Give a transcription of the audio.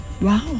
wow